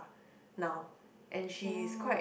now and she's quite